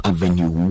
Avenue